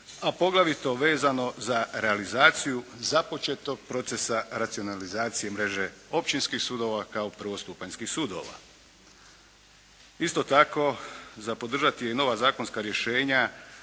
a poglavito vezano za realizaciju započetog procesa racionalizacije mreže općinskih sudova kao prvostupanjskih sudova. Isto tako, za podržati je i nova zakonska rješenja